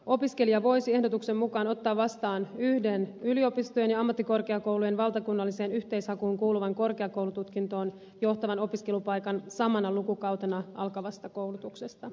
opiskelija voisi ehdotuksen mukaan ottaa vastaan yhden yliopistojen ja ammattikorkeakoulujen valtakunnalliseen yhteishakuun kuuluvan korkeakoulututkintoon johtavan opiskelupaikan samana lukukautena alkavasta koulutuksesta